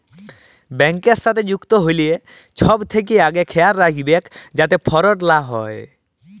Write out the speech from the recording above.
ব্যাংকের সাথে যুক্ত হ্যলে ছব থ্যাকে আগে খেয়াল রাইখবেক যাতে ফরড লা হ্যয়